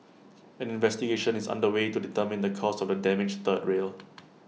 an investigation is under way to determine the cause of the damaged third rail